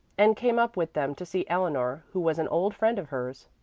and came up with them to see eleanor, who was an old friend of hers.